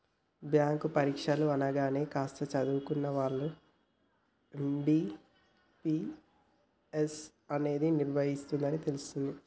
bank పరీక్షలు అనగానే కాస్త చదువుకున్న వాళ్ళకు ఐ.బీ.పీ.ఎస్ అనేది నిర్వహిస్తుందని తెలుస్తుంది